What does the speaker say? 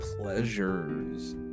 pleasures